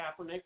Kaepernick